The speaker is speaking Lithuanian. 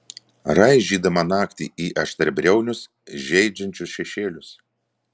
raižydama naktį į aštriabriaunius žeidžiančius šešėlius